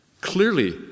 Clearly